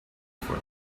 for